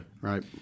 right